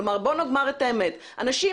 כלומר בואו נאמר את האמת - אנשים,